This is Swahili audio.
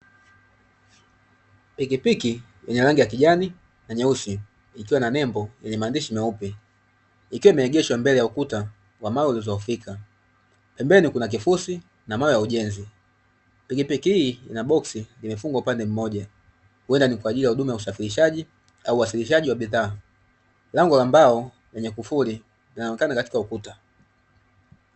Pikipiki yenye rangi ya kijani na nyeusi ikiwa na nembo yenye maandishi meupe ikiwa imeegeshwa mbele ya ukuta wa mawe uliodhohofika, pembeni kuna kifusi na mawe ya ujenzi. Pikipiki hii ina boksi imefungwa upande mmoja wenda ni kwa ajili ya usafirishaji au uwasilishaji wa bidhaa. Lango la mbao lenye kufuli linaonekana katika ukuta.